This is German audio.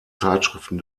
zeitschriften